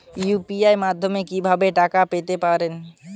UPI মাধ্যমে কি ভাবে টাকা পেতে পারেন?